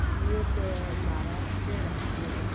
जीअं त महाराष्ट्रा राज्य में